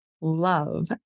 love